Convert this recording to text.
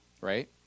right